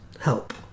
help